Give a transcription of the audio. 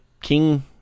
king